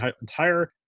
entire